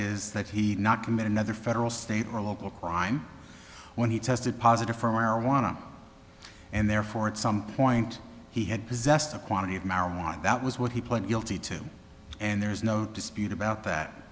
is that he not commit another federal state or local crime when he tested positive for marijuana and therefore at some point he had possessed a quantity of marijuana that was what he pled guilty to and there's no dispute about that